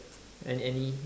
any any